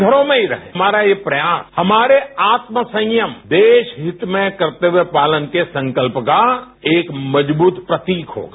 घरों में ही रहें हमारा यह प्रयास आत्मसंयम देश हित में करते हुए पालन के संकल्प का एक मजबूत प्रतीक होगा